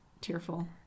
tearful